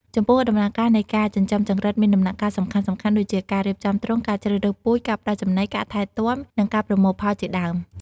ចំពោះដំណើរការនៃការចិញ្ចឹមចង្រិតមានដំណាក់កាលសំខាន់ៗដូចជា ការរៀបចំទ្រុង ការជ្រើសរើសពូជ ការផ្តល់ចំណី ការថែទាំ និងការប្រមូលផលជាដើម។